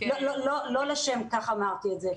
לא לשם כך אמרתי את זה,